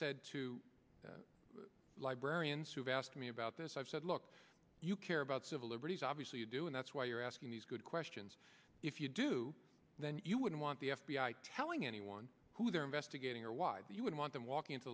said to librarians who've asked me about this i've said look you care about civil liberties obviously you do and that's why you're asking these good questions if you do then you wouldn't want the f b i telling anyone who they're investigating or why you would want them walking into